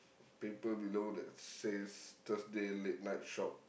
paper below that says Thursday late night shop